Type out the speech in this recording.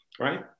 right